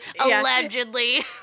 allegedly